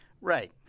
right